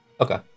Okay